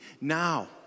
now